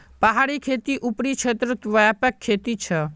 पहाड़ी खेती ऊपरी क्षेत्रत व्यापक खेती छे